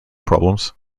problems